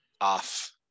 off